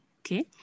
Okay